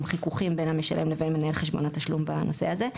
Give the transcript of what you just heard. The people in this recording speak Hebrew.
חיכוכים בין המשלם לבין מנהל חשבון התשלום בנושא הזה.